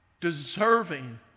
deserving